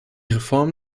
reform